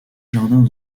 jardin